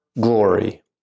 glory